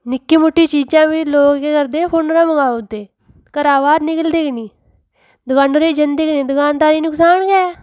नि'क्की मुट्टी चीज़ा बी लोग केह् करदे फोना'रा मगाऊ दे घरा बाह्र निकलदे गै निं दकाना'र जन्दे गै निं दकानदारें ई नुकसान गै